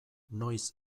noiz